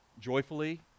joyfully